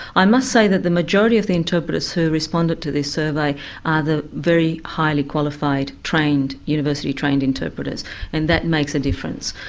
i must say that the majority of the interpreters who responded to this survey are the very highly qualified, trained, university trained, interpreters and that makes a difference.